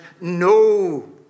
no